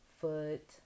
foot